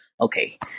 okay